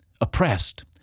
oppressed